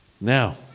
Now